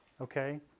okay